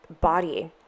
body